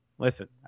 Listen